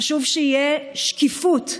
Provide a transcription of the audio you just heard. חשוב שתהיה שקיפות,